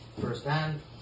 firsthand